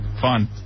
Fun